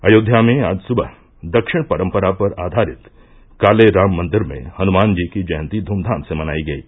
अयोध्या मे आज सुबह दक्षिण परम्परा पर आधारित काले राम मंदिर में हनुमान जी की जयंती ध्रमधाम से मनायी गयी